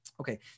Okay